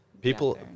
People